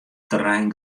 terrein